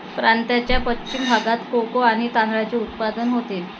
प्रांताच्या पश्चिम भागात कोको आणि तांदळाचे उत्पादन होतील